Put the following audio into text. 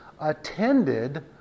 attended